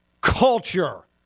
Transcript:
Culture